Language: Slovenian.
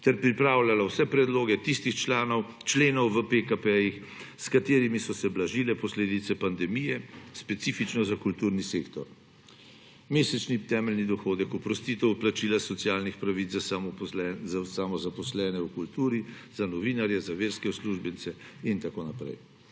ter pripravljalo vse predloge tistih členov v PKP, s katerimi so se blažile posledice pandemije, specifično za kulturni sektor: mesečni temeljni dohodek, oprostitev od plačila socialnih pravic za samozaposlene v kulturi, za novinarje, za verske uslužbence in tako naprej.